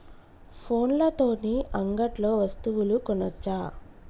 ఫోన్ల తోని అంగట్లో వస్తువులు కొనచ్చా?